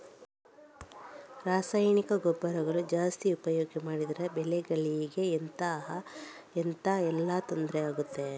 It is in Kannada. ರಾಸಾಯನಿಕ ಗೊಬ್ಬರಗಳನ್ನು ಜಾಸ್ತಿ ಉಪಯೋಗ ಮಾಡಿದರೆ ಬೆಳೆಗಳಿಗೆ ಎಂತ ಎಲ್ಲಾ ತೊಂದ್ರೆ ಆಗ್ತದೆ?